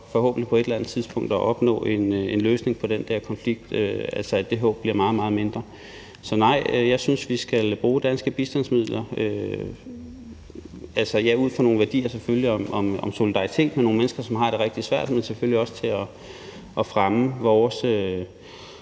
for på et eller anden tidspunkt at opnå en løsning på den konflikt bliver meget mindre. Så nej, jeg synes, at vi skal bruge danske bistandsmidler – selvfølgelig ud fra nogle værdier om solidaritet med nogle mennesker, som har det rigtig svært – men selvfølgelig også for at fremme vores